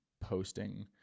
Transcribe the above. posting